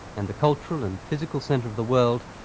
and the cultural and physical centre of the world,